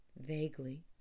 vaguely